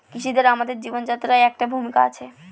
চাষিদের আমাদের জীবনযাত্রায় একটা ভূমিকা আছে